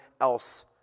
else